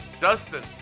Dustin